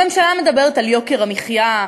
הממשלה מדברת על יוקר המחיה,